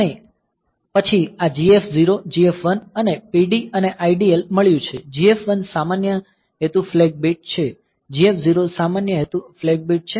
પછી આપણને આ GF 0 GF 1 અને PD અને IDL મળ્યું છે GF 1 સામાન્ય હેતુ ફ્લેગ બીટ છે GF0 સામાન્ય હેતુ ફ્લેગ બીટ છે